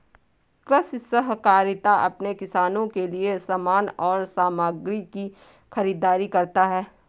कृषि सहकारिता अपने किसानों के लिए समान और सामग्री की खरीदारी करता है